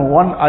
one